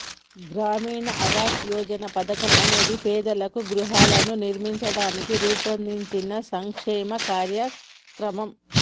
గ్రామీణ ఆవాస్ యోజన పథకం అనేది పేదలకు గృహాలను నిర్మించడానికి రూపొందించిన సంక్షేమ కార్యక్రమం